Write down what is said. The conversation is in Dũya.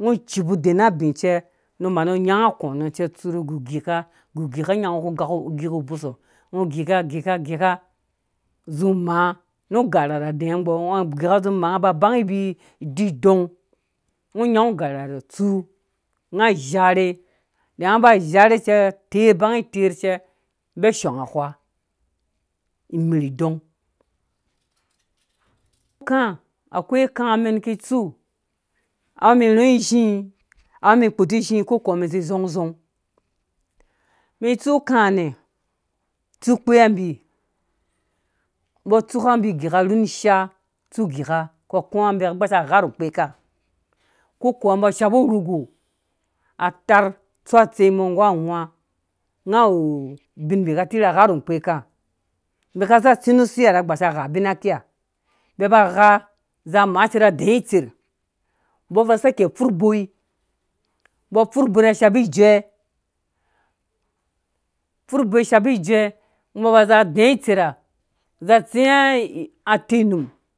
ngu cipu ema abi ce nu manu nyangɔ akũ nɔ cɛ tsu nu gugika gugika nunyaka ngɔ kuboi sɔ nga gika gika gika zi maa nu garhe ha rha adɛɛ̃ gbɔ ngɔ gika zi maa nga aba banyi didong ngɔ nyau garheham tsu unga zharhe enga ba gzharhe ceter banyi itɛr cɛ mbi shing awha imer ɔng kaã akwai kaã mɛn ki tsu au mi rɔi izhi ko kowa mi zi zɔng zɔng mi tsu kaã hã ne tsu kpea mbi mbɔ tsuka mbi gika rhun ishaa tsu gika kũ kuã mbi gha rhu kpɔka ko kowa mbɔ shapu urogo ataarh tsu atsei mɔ nggu awã ngawu ubin mbi ka ubin mbi ka tirha sha runkpeka mbi ka zi tsi na sihana gbasha gha abina kiha mbi ghazi maacɛ mbi adɛɛ itser mbɔ fu sake furh uboi mbɔ furh boi na shapi ijue forh uboi shapi ijue mbɔ ba zi dɛɛ itserha zi sia atenum.